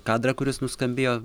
kadrą kuris nuskambėjo